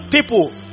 people